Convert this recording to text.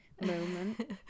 moment